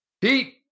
Pete